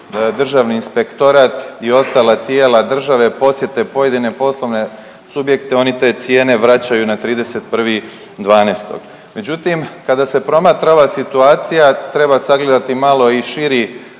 Državni inspektorat i ostala tijela države posjete pojedine poslovne subjekte oni te cijene vraćaju na 31.12. Međutim, kada se promatra ova situacija treba sagledati malo i širi